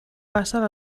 passa